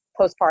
postpartum